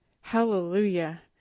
Hallelujah